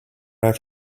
have